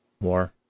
War